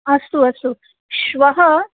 अस्तु अस्तु श्वः